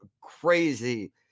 crazy